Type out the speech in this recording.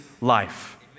life